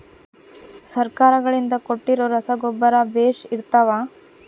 ಸರ್ಕಾರಗಳಿಂದ ಕೊಟ್ಟಿರೊ ರಸಗೊಬ್ಬರ ಬೇಷ್ ಇರುತ್ತವಾ?